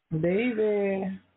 baby